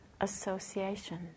association